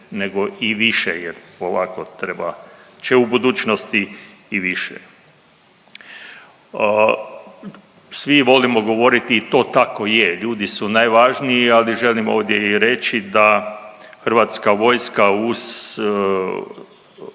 Hrvatske vojske na hrvatskoj